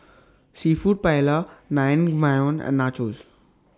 Seafood Paella Naengmyeon and Nachos